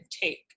take